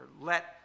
let